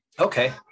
Okay